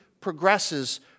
progresses